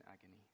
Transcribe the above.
agony